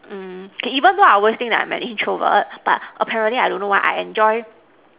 mm can even the worst thing I am an introvert but apparently I don't know why I enjoy